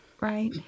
Right